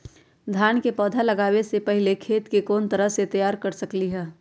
धान के पौधा लगाबे से पहिले खेत के कोन तरह से तैयार कर सकली ह?